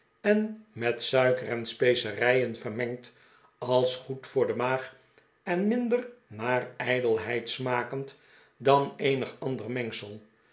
en met suiker en specerijen vermengd als goed voor de maag en minder naar ijdelheid smakend dan eenig ander mengsel